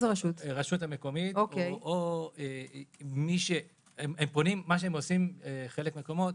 הרשות המקומית או מה שעושים בחלק מהמקומות,